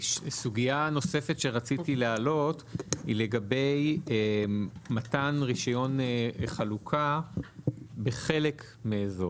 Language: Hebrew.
סוגיה נוספת שרציתי להעלות היא לגבי מתן רישיון חלוקה בחלק מאזור,